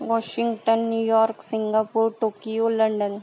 Washington New York Singapore Tokyo London